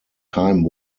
time